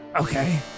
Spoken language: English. Okay